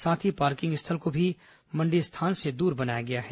साथ ही पार्किंग स्थल को भी मण्डी स्थल से दूर बनाया गया है